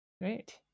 Great